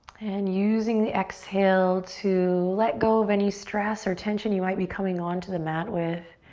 and using the exhale to let go of any stress or tension you might be coming onto the mat with.